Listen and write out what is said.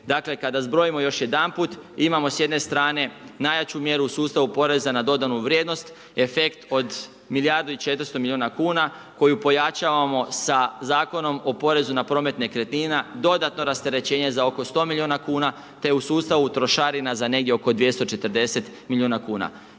dakle, kada zbrojimo još jedanput, imamo s jedne strane, najjaču mjeru u sustavu poreza na dodanu vrijednost, efekt od milijardu i 400 milijuna kuna, koju pojačavamo sa Zakonom o porezu na promet nekretnina, dodatno rasterećenje za oko 100 milijuna kuna, te u sustavu trošarina za negdje 240 milijuna kuna.